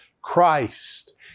Christ